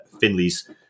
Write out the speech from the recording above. Finley's –